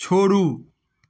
छोड़ू